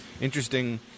interesting